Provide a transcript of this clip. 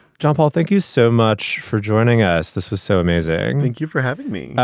john paul, thank you so much for joining us. this was so amazing. thank you for having me. yeah